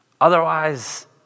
Otherwise